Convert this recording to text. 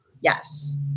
Yes